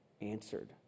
answered